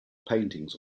paintings